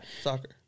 soccer